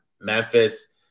Memphis